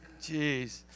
Jeez